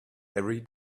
every